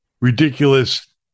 ridiculous